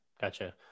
gotcha